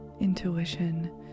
intuition